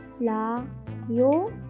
La-yo